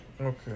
Okay